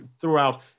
throughout